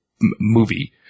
movie